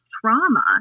trauma